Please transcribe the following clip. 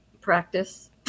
Practice